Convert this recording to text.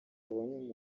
babonye